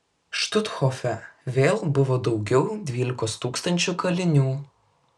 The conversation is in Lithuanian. štuthofe vėl buvo daugiau dvylikos tūkstančių kalinių